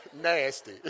nasty